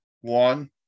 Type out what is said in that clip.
One